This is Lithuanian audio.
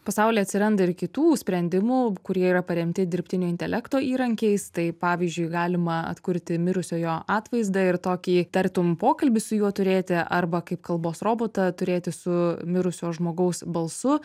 pasauly atsiranda ir kitų sprendimų kurie yra paremti dirbtinio intelekto įrankiais tai pavyzdžiui galima atkurti mirusiojo atvaizdą ir tokį tartum pokalbį su juo turėti arba kaip kalbos robotą turėti su mirusio žmogaus balsu